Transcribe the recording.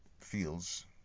feels